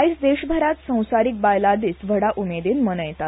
आयज देशभरांत संवसारीक बायला दिस व्हडा उमेदीन मनयतात